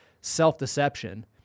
self-deception